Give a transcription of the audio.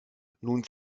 nun